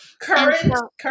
Current